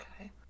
Okay